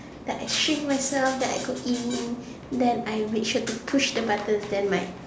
then I shrink myself then I go in then I make sure to push the button then I